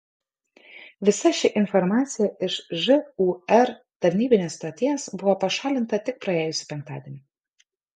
visa ši informacija iš žūr tarnybinės stoties buvo pašalinta tik praėjusį penktadienį